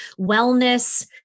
wellness